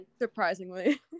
Surprisingly